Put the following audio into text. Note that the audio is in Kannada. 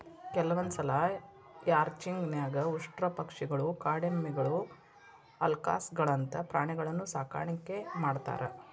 ಕೆಲವಂದ್ಸಲ ರ್ಯಾಂಚಿಂಗ್ ನ್ಯಾಗ ಉಷ್ಟ್ರಪಕ್ಷಿಗಳು, ಕಾಡೆಮ್ಮಿಗಳು, ಅಲ್ಕಾಸ್ಗಳಂತ ಪ್ರಾಣಿಗಳನ್ನೂ ಸಾಕಾಣಿಕೆ ಮಾಡ್ತಾರ